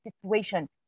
situation